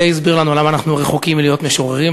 די הסביר לנו למה אנחנו רחוקים מלהיות משוררים,